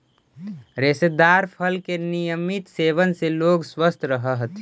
रेशेदार फल के नियमित सेवन से लोग स्वस्थ रहऽ हथी